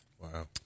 Wow